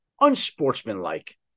unsportsmanlike